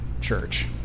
church